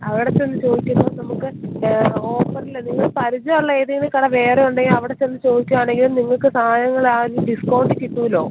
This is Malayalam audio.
അവിടെ ചെന്നു ചോദിക്കുമ്പോള് നമുക്ക് ഓഫറില് നിങ്ങള് പരിചയുള്ള ഏതേലും കട വേറെ ഉണ്ടെങ്കില് അവിടെ ചെന്ന് ചോദിക്കുകയാണെങ്കില് നിങ്ങള്ക്ക് സാധനങ്ങള് ഒരു ഡിസ്കൗണ്ടില് കിട്ടുമല്ലോ